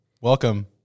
Welcome